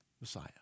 Messiah